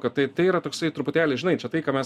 kad tai tai yra toksai truputėlį žinai čia tai ką mes